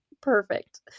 Perfect